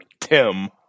Tim